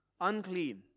unclean